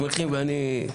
שמחים ואני.